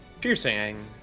piercing